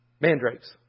Mandrakes